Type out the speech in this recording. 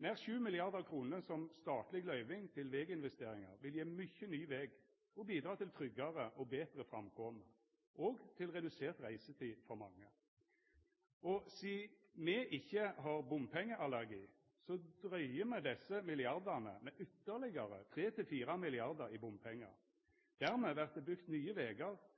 Nær 7 mrd. kr som statleg løyving til veginvesteringar vil gje mykje ny veg og bidra til tryggare og betre framkome og til redusert reisetid for mange. Og sidan me ikkje har bompengeallergi, dryger me desse milliardane med ytterlegare 3–4 mrd. kr i bompengar. Dermed vert det bygt nye vegar